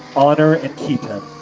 honor and keep him,